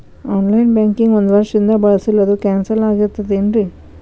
On line banking ಒಂದ್ ವರ್ಷದಿಂದ ಬಳಸಿಲ್ಲ ಅದು ಕ್ಯಾನ್ಸಲ್ ಆಗಿರ್ತದೇನ್ರಿ?